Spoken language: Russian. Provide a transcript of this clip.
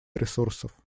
ресурсов